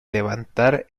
levantar